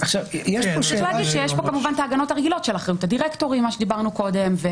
יש כמובן את ההגנות הרגילות של אחריות הדירקטורים מה שדיברנו קודם.